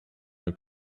your